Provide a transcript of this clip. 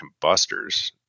combustors